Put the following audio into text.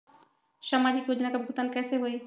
समाजिक योजना के भुगतान कैसे होई?